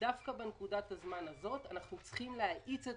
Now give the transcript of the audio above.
דווקא בנקודת הזמן הזאת אנחנו צריכים להאיץ את